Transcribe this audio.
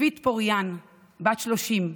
יפית פוריאן, בת 30,